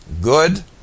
good